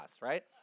right